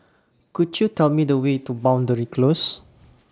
Could YOU Tell Me The Way to Boundary Close